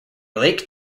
lake